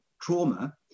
trauma